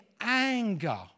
anger